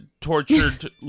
tortured